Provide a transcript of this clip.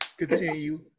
continue